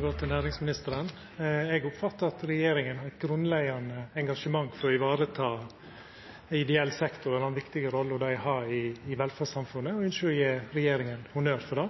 går til næringsministeren. Eg oppfattar at regjeringa har eit grunnleggjande engasjement for å vareta ideell sektor og den viktige rolla han har i velferdssamfunnet, og ønskjer å gje regjeringa honnør for det.